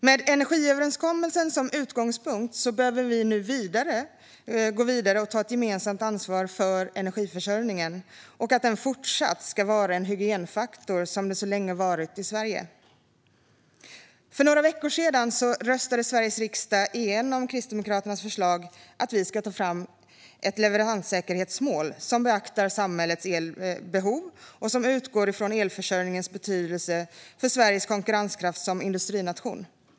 Med energiöverenskommelsen som utgångspunkt behöver vi nu gå vidare och ta ett gemensamt ansvar för energiförsörjningen och att den fortsatt ska vara en hygienfaktor som den så länge varit i Sverige. För några veckor sedan röstade Sveriges riksdag igenom Kristdemokraternas förslag att vi ska ta fram ett leveranssäkerhetsmål som beaktar samhällets elbehov och som utgår från elförsörjningens betydelse för Sveriges konkurrenskraft som industrination.